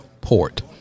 port